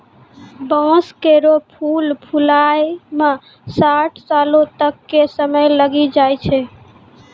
बांस केरो फूल फुलाय म साठ सालो तक क समय लागी जाय छै